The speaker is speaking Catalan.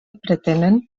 pretenen